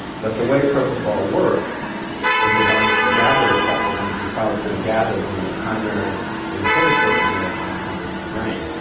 but the way propofol works is it binds to gaba receptors. and, as you probably know, gaba is one of the primary inhibitory neurotransmitters in the brain.